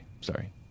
Sorry